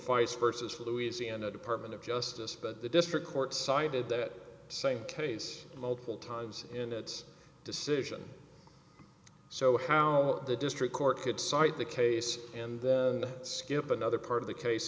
feis versus louisiana department of justice but the district court cited that same case multiple times in its decision so how the district court could cite the case and then skip another part of the case